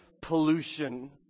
pollution